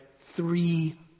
three